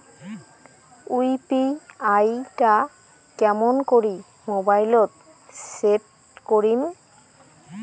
UPI টা কেমন করি মোবাইলত সেট করিম?